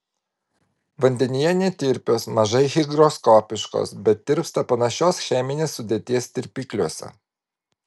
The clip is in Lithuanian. vandenyje netirpios mažai higroskopiškos bet tirpsta panašios cheminės sudėties tirpikliuose